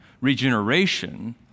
Regeneration